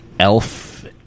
Elf